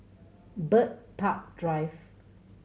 Bird Park Drive